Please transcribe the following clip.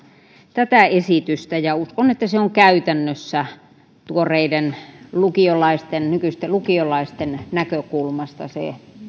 tätä esitystä ja uskon että se on käytännössä tuoreiden lukiolaisten nykyisten lukiolaisten näkökulmasta se